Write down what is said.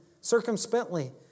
circumspectly